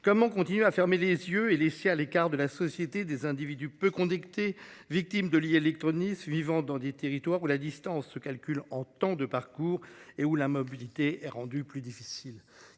Comment continuer à fermer les yeux et laisser à l'écart de la société des individus peu con dictée victime de l'illectronisme vivant dans des territoires où la distance se calcule en temps de parcours et où la mobilité est rendue plus difficile.